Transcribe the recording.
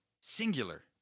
Singular